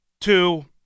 Two